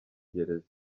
gereza